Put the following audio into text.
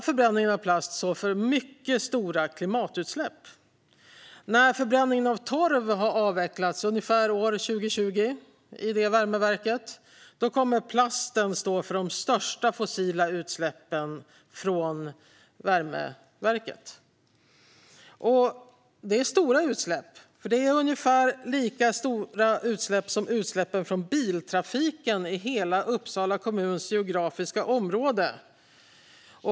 Förbränningen av plast står för mycket stora klimatutsläpp. När förbränningen av torv har avvecklats i det här värmeverket, vilket sker ungefär 2020, kommer plasten att stå för de största fossila utsläppen därifrån. Det handlar om utsläpp ungefär lika stora som utsläppen från biltrafiken i hela Uppsala kommuns geografiska område.